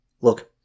Look